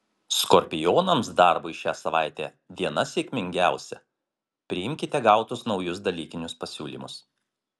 skorpionams darbui šią savaitę diena sėkmingiausia priimkite gautus naujus dalykinius pasiūlymus